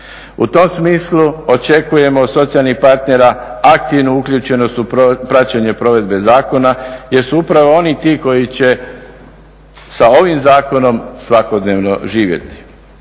U tom smislu očekujemo od socijalnih partnera aktivnu uključenost u praćenje provedbe zakona, jer su upravo oni ti koji će sa ovim zakonom svakodnevno živjeti.